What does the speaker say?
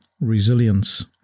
resilience